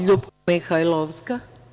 LJupka Mihajlovska.